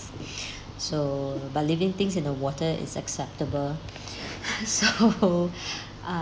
so but living things in the water is acceptable so uh